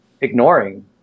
ignoring